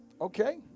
Okay